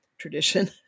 tradition